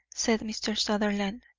said mr. sutherland,